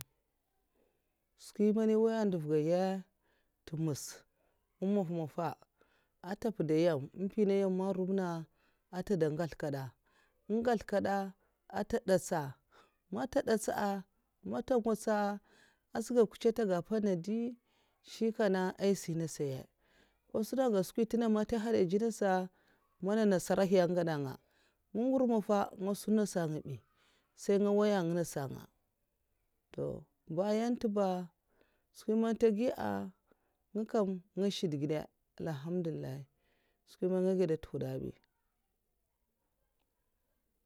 Skwi man èh n'woy a vdèv ga nyè sa ntèm'mas maf' maf mafa'a ntè mpuda nyèm èhn mpi'nènga nyèm man rub'kada, an ntè ngasl ka dè' man tè ngasl dè' an ntè mpuda nyèm èh tè datsa èhn dats'nkè nènga man ntè ngwots sukur' nkash'kata an ta mpana dè sai in siya gun'guna'ai si nènsa nyè ko suna gèd skwi nhi tènga man ta gakasata mana nasara hi ai gata nyè'lo nga bayan tè'ba skwi man tè giya ah' nga shiud gèd' kumba alhamdulilah skwi mamn ngè gèdè' ntè hwuda ah bi'